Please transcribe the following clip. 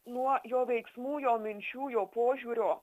nuo jo veiksmų jo minčių jo požiūrio